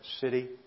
city